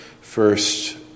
First